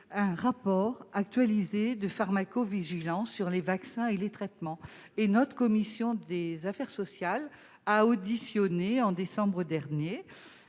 un rapport actualisé de pharmacovigilance sur les vaccins et les traitements. La commission des affaires sociales a auditionné en décembre dernier